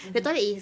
mmhmm